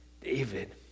David